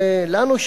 ואנחנו,